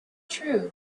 true